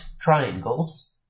triangles